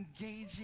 engaging